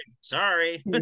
sorry